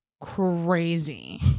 crazy